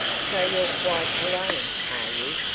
so you're quite alone, are you?